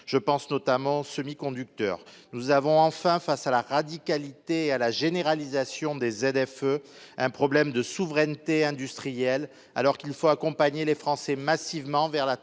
Je pense notamment semi-conducteurs nous avons enfin face à la radicalité à la généralisation des ZFE, un problème de souveraineté industrielle alors qu'il faut accompagner les Français massivement vers la